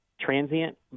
transient